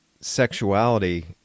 sexuality